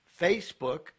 Facebook